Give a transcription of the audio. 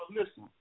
listen